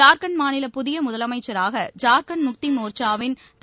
ஜார்க்கண்ட் மாநில புதிய முதலமைச்சராக ஜார்க்கண்ட் முக்தி மோர்ச்சாவின் திரு